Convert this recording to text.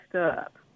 up